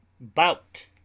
Bout